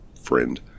friend